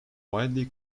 widely